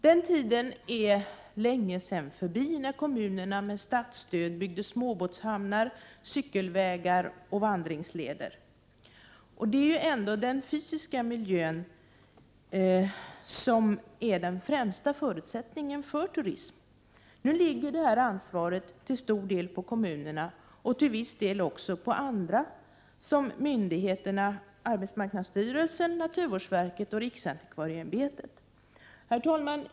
Den tiden är länge sedan förbi när kommunerna med hjälp av statsstöd byggde småbåtshamnar, cykelvägar och vandringsleder. Den fysiska miljön är ju ändå den främsta förutsättningen för turismen. Nu ligger ansvaret till stor del på kommunerna och till viss del även på myndigheter såsom arbetsmarknadsstyrelsen, naturvårdsverket och riksantikvarieämbetet. Herr talman!